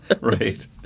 Right